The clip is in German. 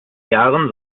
jahren